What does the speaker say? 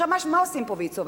עכשיו, מה עושים פה ויצו?